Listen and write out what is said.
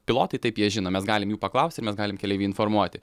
pilotai taip jie žino mes galim jų paklausti ir mes galim keleivį informuoti